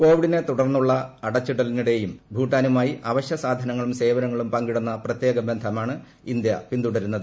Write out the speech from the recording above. കോവിഡിനെ തുടർന്നുള്ള അടച്ചിടലിനിടെയും ഭൂട്ടാനുമായി അവശ്യ സാധനങ്ങളും സേവനങ്ങളും പങ്കിടുന്ന പ്രത്യേക ബന്ധമാണ് ഇന്തൃ പിന്തുടരുന്നത്